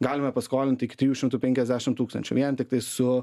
galime paskolinti tik trijų šimtų penkiasdešimt tūkstančių vien tiktai su